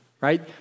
right